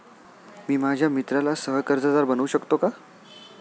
मी माझ्या मित्राला सह कर्जदार बनवू शकतो का?